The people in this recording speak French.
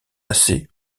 assez